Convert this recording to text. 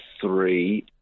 three